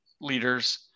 leaders